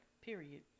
Period